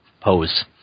pose